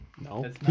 No